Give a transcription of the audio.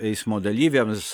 eismo dalyviams